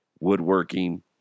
woodworking